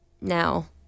now